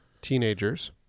teenagers